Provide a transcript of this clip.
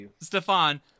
Stefan